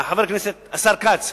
השר כץ,